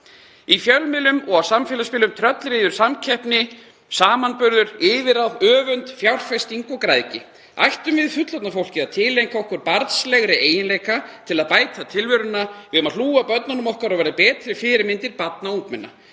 Í fjölmiðlum og á samfélagsmiðlum tröllríður samkeppni, samanburður, yfirráð, öfund, fjárfesting og græðgi. Ættum við fullorðna fólkið að tileinka okkur barnslegri eiginleika til að bæta tilveruna? Við eigum að hlúa að börnunum okkar og verða betri fyrirmyndir barna og ungmenna.